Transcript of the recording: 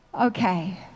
okay